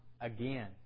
again